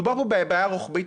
מדובר פה בבעיה רוחבית.